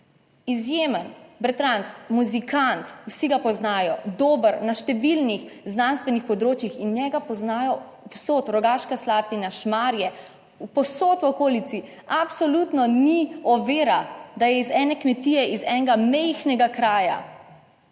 izjemen bratranec, muzikant, vsi ga poznajo, dober na številnih znanstvenih področjih in njega poznajo povsod: Rogaška Slatina, Šmarje, povsod v okolici. Absolutno ni ovira, da je iz ene kmetije iz enega majhnega kraja.